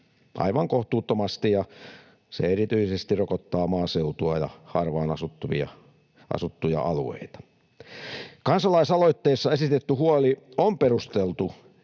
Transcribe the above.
aivan kohtuuttomasti, ja se erityisesti rokottaa maaseutua ja harvaan asuttuja alueita. Kansalaisaloitteessa esitetty huoli on perusteltu,